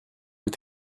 vous